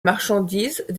marchandises